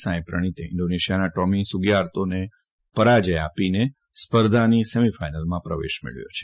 સાંઇ પ્રણીતે ઇન્ડોનેશિયાના ટોમી સુગીઆર્તોને પરાજય આપીને સ્પર્ધાની સેમીફાઇનલમાં પ્રવેશ મેળવ્યો છે